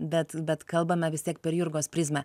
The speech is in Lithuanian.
bet bet kalbame vis tiek per jurgos prizmę